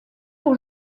pour